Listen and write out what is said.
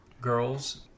girls